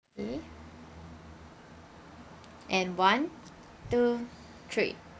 ready and one two three